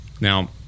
Now